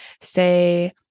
say